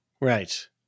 Right